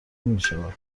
میشود